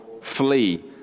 flee